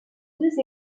deux